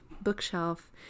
bookshelf